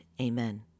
Amen